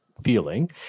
feeling